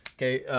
kay,